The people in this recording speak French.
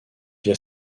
via